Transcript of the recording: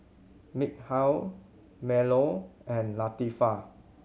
Mikhail Melur and Latifa